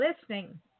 listening